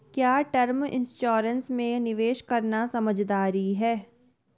क्या term insurance में निवेश करना समझदारी है?